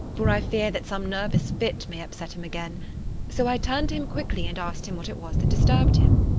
for i fear that some nervous fit may upset him again so i turned to him quickly, and asked him what it was that disturbed him.